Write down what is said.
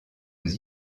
aux